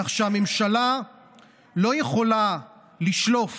כך שהממשלה לא יכולה יותר לשלוף